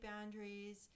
boundaries